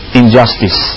injustice